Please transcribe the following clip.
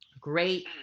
Great